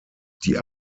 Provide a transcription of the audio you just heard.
die